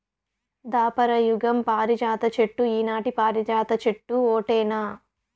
దాపర యుగం పారిజాత చెట్టు ఈనాటి పారిజాత చెట్టు ఓటేనా